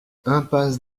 impasse